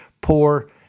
poor